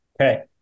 Okay